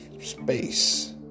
space